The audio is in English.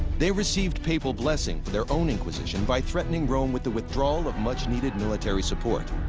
they received papal blessing for their own inquisition by threatening rome with the withdrawal of much needed military support,